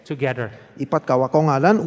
Together